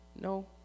No